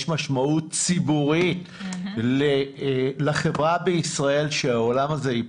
יש משמעות ציבורית לחברה בישראל שהעולם הזה ייפתח.